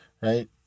right